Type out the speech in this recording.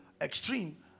extreme